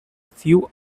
few